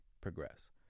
progress